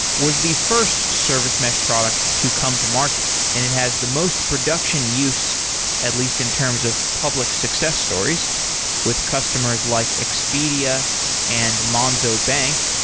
was the first service mesh product to come to market and it has the most production use at least in terms of public success stories with customers like expedia and monzo bank.